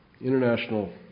International